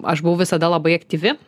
aš buvau visada labai aktyvi